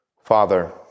Father